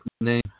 name